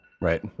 Right